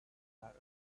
that